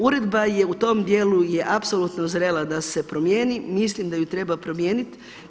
Uredba je u tom dijelu apsolutno zrela da se promijeni, mislim da ju treba promijeniti.